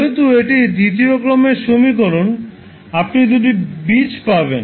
যেহেতু এটি দ্বিতীয় ক্রমের সমীকরণ দুটি বীজ পাওয়া যাবে